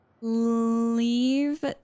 leave